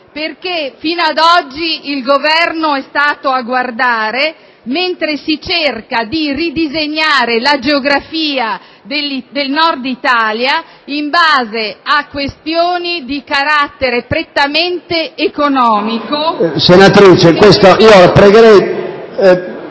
Aula. Fino ad oggi il Governo è rimasto a guardare, mentre si cerca di ridisegnare la geografia del Nord Italia in base a questioni di carattere prettamente economico... PRESIDENTE. Senatrice,